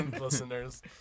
Listeners